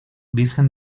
virgen